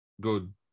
good